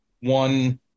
one